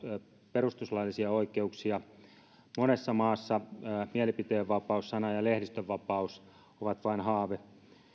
perustuslaillisia oikeuksia monessa maassa mielipiteenvapaus sanan ja lehdistönvapaus ovat vain haave